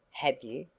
have you,